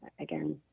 again